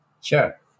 Sure